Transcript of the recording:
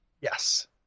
Yes